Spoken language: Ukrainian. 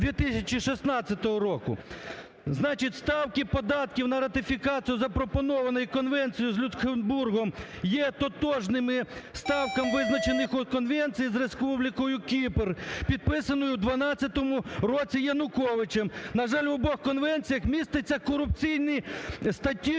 Значить, ставки податків на ратифікацію, запропонованої Конвенції з Люксембургом, є тотожними ставкам, визначених у Конвенції з Республікою Кіпр, підписаною в 2012 році Януковичем. На жаль, в обох конвенціях міститься корупційні статті